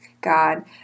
God